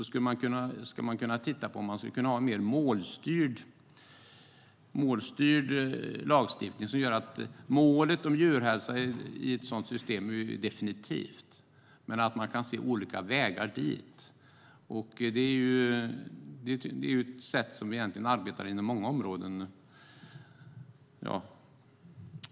Sedan ska man kunna titta på ifall vi ska ha en målstyrd lagstiftning. Målet om djurhälsa i ett sådant system är definitivt, men det kan finnas olika vägar att nå dit. På det sättet arbetar vi inom många områden.